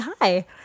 hi